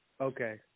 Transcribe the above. Okay